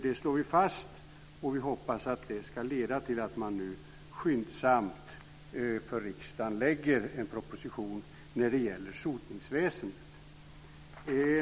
Det slår vi fast, och vi hoppas att det ska leda till att regeringen nu skyndsamt lägger fram en proposition om sotningsväsendet till riksdagen.